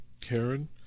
Karen